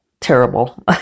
terrible